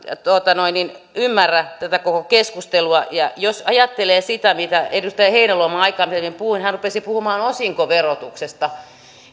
ymmärrä tätä koko keskustelua ja jos ajattelee sitä mitä edustaja heinäluoma aikaisemmin puhui hän rupesi puhumaan osinkoverotuksesta